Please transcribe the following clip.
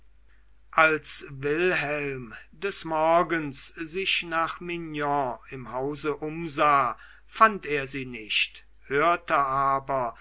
als wilhelm des morgens sich nach mignon im hause umsah fand er sie nicht hörte aber